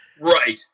Right